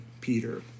Peter